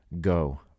go